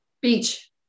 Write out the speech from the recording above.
Beach